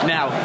Now